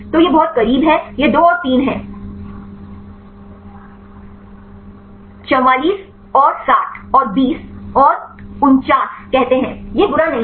तो यह बहुत करीब है यह 2 और 3 है 44 और 60 और 20 और 49 कहते हैं यह बुरा नहीं है